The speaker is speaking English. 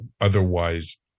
otherwise